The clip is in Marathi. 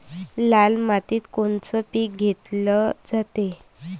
लाल मातीत कोनचं पीक घेतलं जाते?